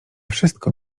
wszystko